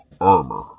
Armor